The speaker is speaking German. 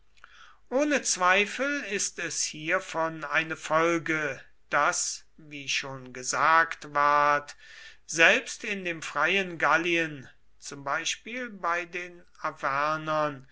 ohne zweifel ist es hiervon eine folge daß wie schon gesagt ward selbst in dem freien gallien zum beispiel bei den